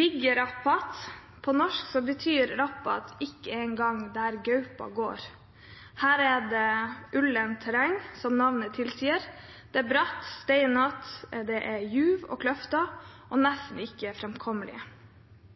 Biggerahpat – på norsk betyr «rahpat» «der ikke engang gaupa går». Her er det ulendt terreng, som navnet tilsier. Det er bratt og steinete, det er juv og kløfter og nesten ikke